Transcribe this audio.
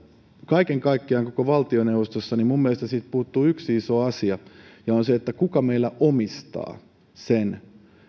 kaiken kaikkiaan koko valtioneuvostossa minun mielestäni siitä puuttuu yksi iso asia ja se on se kuka meillä omistaa sen